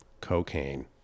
Cocaine